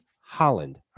Holland